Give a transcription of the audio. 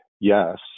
Yes